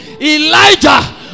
elijah